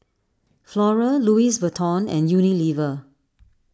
Flora Louis Vuitton and Unilever